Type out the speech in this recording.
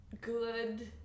good